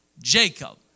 Jacob